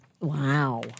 Wow